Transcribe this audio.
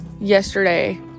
yesterday